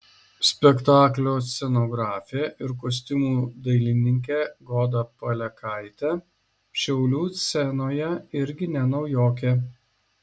spektaklio scenografė ir kostiumų dailininkė goda palekaitė šiaulių scenoje irgi ne naujokė